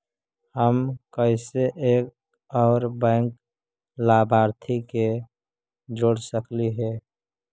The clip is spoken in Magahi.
हम कैसे एक और बैंक लाभार्थी के जोड़ सकली हे?